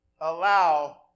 allow